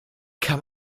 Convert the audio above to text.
kann